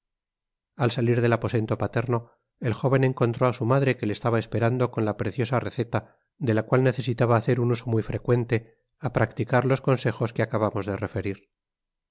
al salir del aposento paterno el jóven encontró á su madre que le estaba esperando con la preciosa receta de la cual necesitaba hacer un uso muy frecuente á practicar los consejos que acabamos de referir